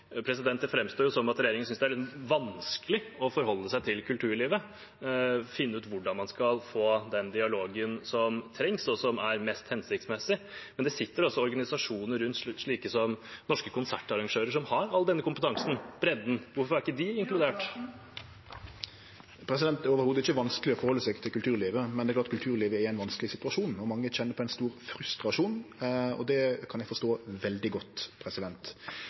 Det framstår som om regjeringen synes det er vanskelig å forholde seg til kulturlivet og finne ut hvordan man skal få den dialogen som trengs, og som er mest hensiktsmessig, men det sitter også organisasjoner rundt som har all denne kompetansen og bredden, slike som Norske Konsertarrangører. Hvorfor er ikke de inkludert? Det er i det heile ikkje vanskeleg «å forholde seg» til kulturlivet, men det er klart at kulturlivet er i ein vanskeleg situasjon, og mange kjenner på ein stor frustrasjon. Det kan eg veldig godt